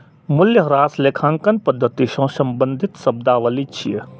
मूल्यह्रास लेखांकन पद्धति सं संबंधित शब्दावली छियै